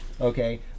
okay